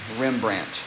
Rembrandt